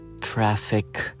traffic